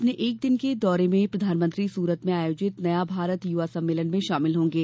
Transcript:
अपने एक दिन के दौरे में प्रधानमंत्री सूरत में आयोजित नया भारत युवा सम्मेलन में शामिल होंगे